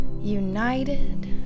united